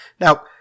Now